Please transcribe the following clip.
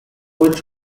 which